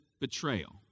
betrayal